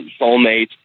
soulmate